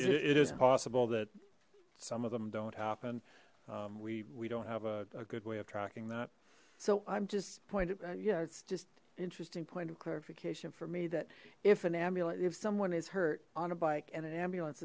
it is possible that some of them don't happen we we don't have a good way of tracking that so i'm just pointed yeah it's just interesting point of clarification for me that if an ambulance if someone is hurt on a bike and an ambulance